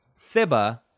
Thibba